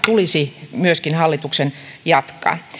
tulisi myöskin hallituksen jatkaa